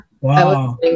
Wow